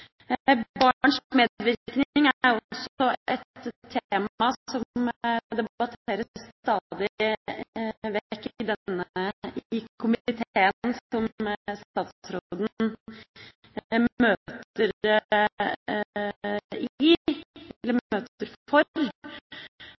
medvirkning er også et tema som debatteres stadig vekk i komiteen som statsråden møter